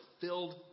filled